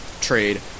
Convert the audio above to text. trade